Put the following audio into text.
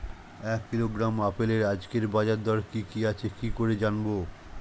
এক কিলোগ্রাম আপেলের আজকের বাজার দর কি কি আছে কি করে জানবো?